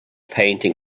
painting